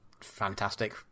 fantastic